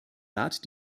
rat